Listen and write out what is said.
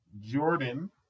Jordan